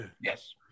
Yes